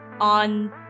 on